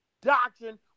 doctrine